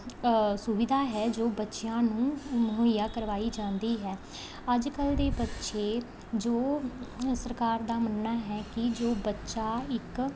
ਸੁਵਿਧਾ ਹੈ ਜੋ ਬੱਚਿਆਂ ਨੂੰ ਮੁਹੱਈਆ ਕਰਵਾਈ ਜਾਂਦੀ ਹੈ ਅੱਜ ਕੱਲ ਦੇ ਬੱਚੇ ਜੋ ਸਰਕਾਰ ਦਾ ਮੰਨਣਾ ਹੈ ਕਿ ਜੋ ਬੱਚਾ ਇੱਕ